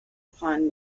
upon